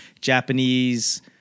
Japanese